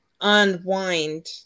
unwind